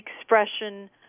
expression